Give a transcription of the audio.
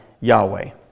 Yahweh